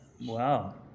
Wow